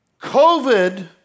COVID